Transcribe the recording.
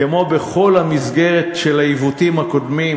כמו במסגרת כל העיוותים הקודמים,